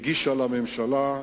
הגישה לממשלה.